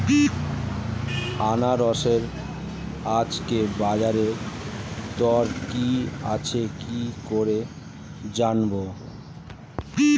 আনারসের আজকের বাজার দর কি আছে কি করে জানবো?